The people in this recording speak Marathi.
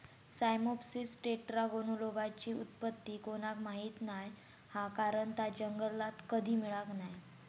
साइमोप्सिस टेट्रागोनोलोबाची उत्पत्ती कोणाक माहीत नाय हा कारण ता जंगलात कधी मिळाक नाय